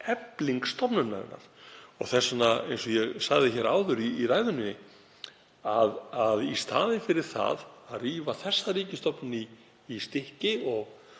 efling stofnunarinnar. Þess vegna, eins og ég sagði áður í ræðunni, í staðinn fyrir það að rífa þessa ríkisstofnun í stykki og